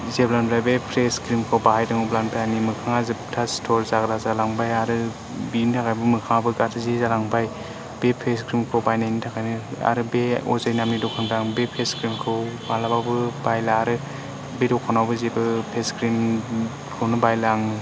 जेब्लानिफ्राय बे फेस क्रिमखौ बाहायदों अब्लानिफ्राय आंनि मोखाङा जोबथा सिथर जाग्रा जालांबाय आरो बिनि थाखायबो मोखाङाबो गाज्रि जालांबाय बे फेस क्रिमखौ बायनायनि थाखायनो आरो बे अजय नामनि दखानदारनाव बे फेस क्रिमखौ मालाबाबो बायला आरो बे दखानावबो जेबो फेस क्रिमखौनो बायला आं